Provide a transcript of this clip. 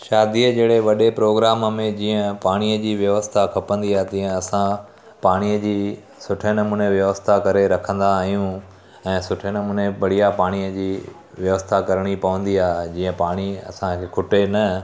शादीअ जहिड़े वॾे प्रोग्राम में जीअं पाणीअ जी व्यवस्था खपंदी आहे तीअं असां पाणीअ जी सुठे नमूने व्यवस्था करे रखंदा आहियूं ऐं सुठे नमूने बढ़िया पाणीअ जी व्यवस्था करणी पवंदी आहे जीअं पाणी असांजो खुटे न